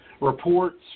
reports